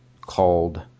called